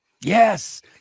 Yes